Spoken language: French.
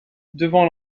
devant